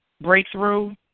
breakthrough